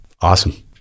Awesome